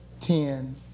ten